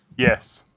Yes